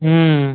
ம்